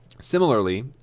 Similarly